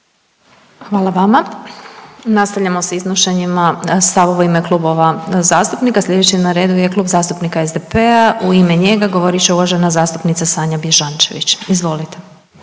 Hvala vama. Nastavljamo s iznošenjima stavova u ime klubova zastupnika. Slijedeći na redu je Klub zastupnika SDP-a, u ime njega govorit će uvažena zastupnica Sanja Bježančević, izvolite.